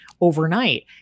overnight